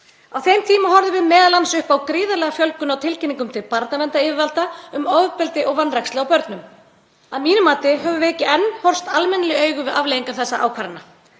Á þeim tíma horfðum við m.a. upp á gríðarlega fjölgun á tilkynningum til barnaverndaryfirvalda um ofbeldi og vanrækslu á börnum. Að mínu mati höfum við ekki enn horfst almennilega í augu við afleiðingar þessara ákvarðana